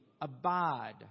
abide